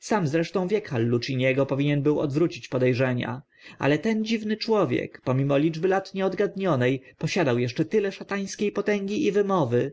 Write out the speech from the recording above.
sam zresztą wiek halluciniego powinien był odwrócić pode rzenia ale ten dziwny człowiek pomimo liczby lat nieodgadnione posiadał eszcze tyle szatańskie potęgi i wymowy